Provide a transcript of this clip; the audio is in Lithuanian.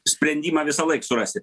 sprendimą visąlaik surasit